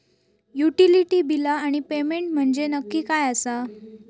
Utility बिला आणि payment म्हंजे नक्की काय आसा?